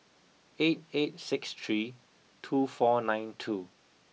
eight eight six three two four nine two